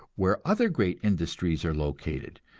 where other great industries are located,